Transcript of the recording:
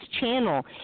channel